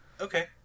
Okay